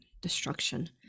destruction